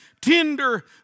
tender